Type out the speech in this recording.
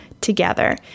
together